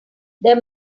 there